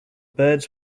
birds